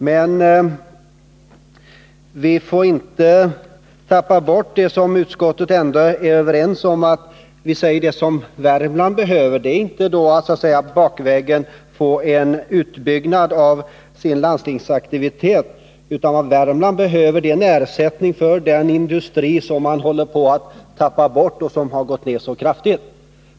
Men vi får inte tappa bort det som vi ändå är överens om i utskottet, nämligen att det som Värmland behöver inte är att så att säga bakvägen få en utbyggnad av sin landstingsaktivitet, utan det är en ersättning för den industri som har gått ner så kraftigt.